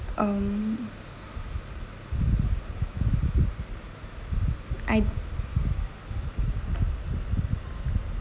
um I